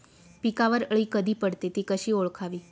पिकावर अळी कधी पडते, ति कशी ओळखावी?